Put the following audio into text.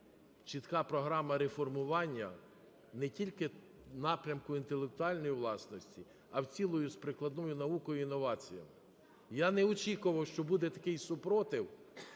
чітка програма реформування не тільки напрямку інтелектуальної власності, а в цілому з прикладною наукою і інноваціями. Я не очікував, що буде такий супротив